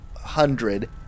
hundred